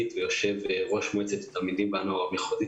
ויושב-ראש מועצת התלמידים והנוער המחוזית.